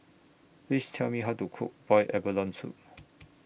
Please Tell Me How to Cook boiled abalone Soup